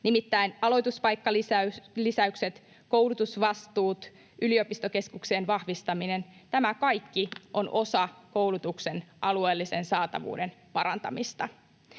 Nimittäin aloituspaikkalisäykset, koulutusvastuut, yliopistokeskuksien vahvistaminen, tämä kaikki on osa koulutuksen alueellisen saatavuuden parantamista.